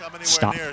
Stop